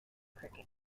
cricket